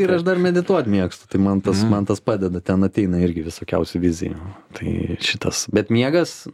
ir aš dar medituot mėgstu tai man tas man tas padeda ten ateina irgi visokiausių vizijų tai šitas bet miegas